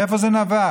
מאיפה זה נבע?